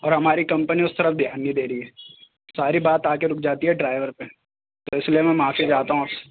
اور ہماری کمپنی اس طرف دھیان نہیں دے رہی ہے ساری بات آ کے رک جاتی ہے ڈرائیور پہ تو اس لیے میں معافی چاہتا ہوں